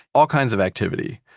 all kinds of activity.